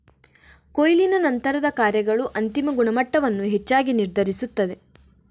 ಕೊಯ್ಲಿನ ನಂತರದ ಕಾರ್ಯಗಳು ಅಂತಿಮ ಗುಣಮಟ್ಟವನ್ನು ಹೆಚ್ಚಾಗಿ ನಿರ್ಧರಿಸುತ್ತದೆ